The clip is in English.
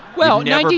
well yeah.